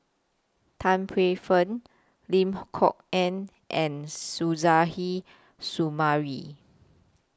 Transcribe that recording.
Tan Paey Fern Lim Kok Ann and Suzairhe Sumari